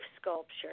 sculpture